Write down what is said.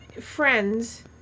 Friends